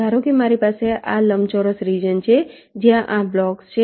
ધારો કે મારી પાસે આ લંબચોરસ રિજન છે જ્યાં આ બ્લોક્સ છે